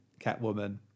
Catwoman